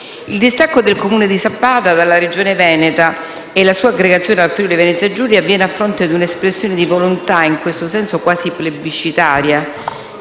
Il distacco del Comune di Sappada dalla Regione Veneto e la sua aggregazione al Friuli-Venezia Giulia avviene a fronte di una espressione di volontà in questo senso quasi plebiscitaria